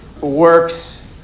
works